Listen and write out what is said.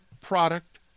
product